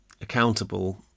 accountable